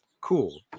cool